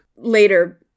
Later